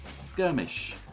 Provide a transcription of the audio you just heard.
Skirmish